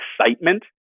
excitement